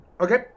Okay